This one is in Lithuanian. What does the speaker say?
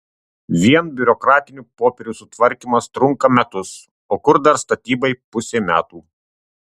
vien biurokratinių popierių sutvarkymas trunka metus o kur dar statybai pusė metų